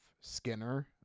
Skinner